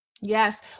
Yes